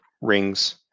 rings